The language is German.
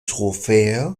trophäe